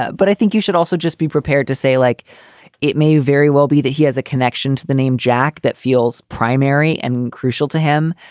ah but i think you should also just be prepared to say, like it may very well be that he has a connection to the name jack that feels primary and crucial to him,